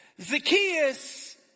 Zacchaeus